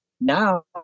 now